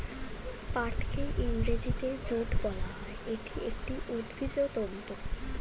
পাটকে ইংরেজিতে জুট বলা হয়, এটি একটি উদ্ভিজ্জ তন্তু